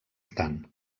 tant